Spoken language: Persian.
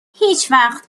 هیچوقت